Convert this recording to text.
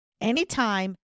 anytime